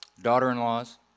Daughter-in-laws